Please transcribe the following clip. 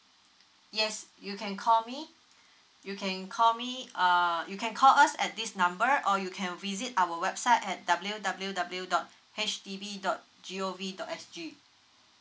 yes you can call me you can call me err you can call us at this number or you can visit our website at w w w dot h t v dot g o v dot s g